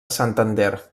santander